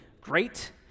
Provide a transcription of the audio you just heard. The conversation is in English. great